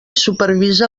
supervisa